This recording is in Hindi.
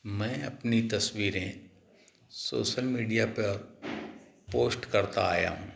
मैं अपनी तस्वीरें सोशल मीडिया पर पोस्ट करता आया हूँ